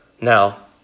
now